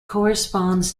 corresponds